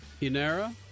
Inara